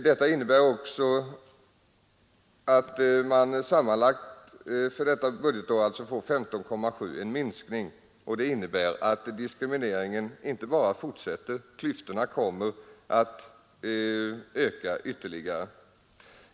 Det innebär att man sammanlagt för detta budgetår får 15,7 miljoner kronor vilket medför att diskrimineringen inte bara fortsätter utan att klyftorna kommer att öka ytterligare.